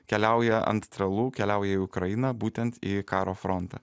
keliauja ant tralu keliauja į ukrainą būtent į karo frontą